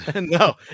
No